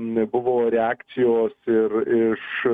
nebuvo reakcijos ir iš